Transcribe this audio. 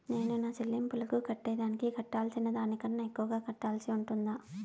నేను నా సెల్లింపులకు కట్టేదానికి కట్టాల్సిన దానికన్నా ఎక్కువగా కట్టాల్సి ఉంటుందా?